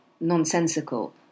nonsensical